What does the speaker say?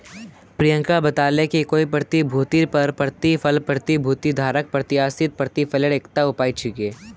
प्रियंका बताले कि कोई प्रतिभूतिर पर प्रतिफल प्रतिभूति धारकक प्रत्याशित प्रतिफलेर एकता उपाय छिके